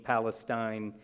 Palestine